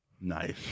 Nice